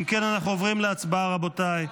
אם כן, אנחנו עוברים להצבעה, רבותיי.